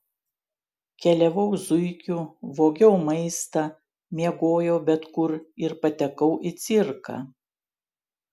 keliavau zuikiu vogiau maistą miegojau bet kur ir patekau į cirką